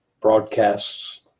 broadcasts